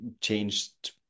changed